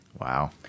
Wow